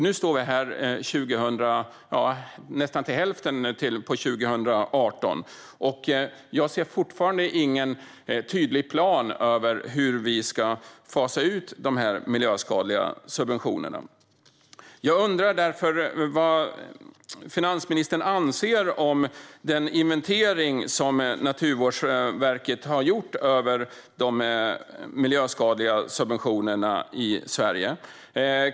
Nu står vi här och nästan halva 2018 har gått, och jag ser fortfarande ingen tydlig plan för hur vi ska fasa ut dessa miljöskadliga subventioner. Jag undrar därför vad finansministern anser om den inventering som Naturvårdsverket har gjort av de miljöskadliga subventionerna i Sverige.